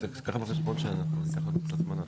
הישיבה נעולה.